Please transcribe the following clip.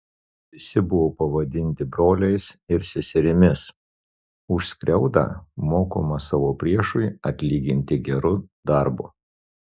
visi buvo pavadinti broliais ir seserimis už skriaudą mokoma savo priešui atlyginti geru darbu